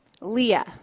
Leah